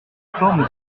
forme